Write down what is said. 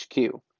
HQ